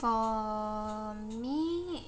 for me